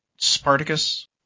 Spartacus